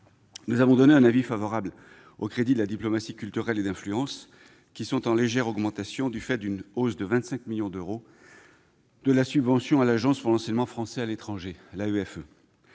Nous avons émis un avis favorable sur les crédits de la diplomatie culturelle et d'influence, qui sont en légère augmentation du fait d'une hausse de 25 millions d'euros de la subvention à l'Agence pour l'enseignement français à l'étranger (AEFE).